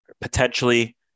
potentially